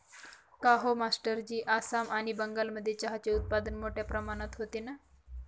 काहो मास्टरजी आसाम आणि बंगालमध्ये चहाचे उत्पादन मोठया प्रमाणात होते ना